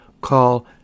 call